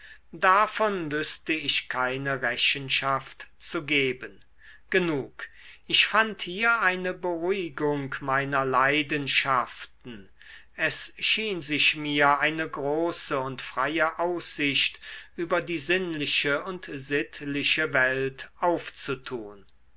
davon wüßte ich keine rechenschaft zu geben genug ich fand hier eine beruhigung meiner leidenschaften es schien sich mir eine große und freie aussicht über die sinnliche und sittliche welt aufzutun